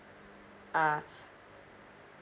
ah